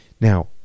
Now